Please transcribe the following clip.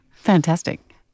Fantastic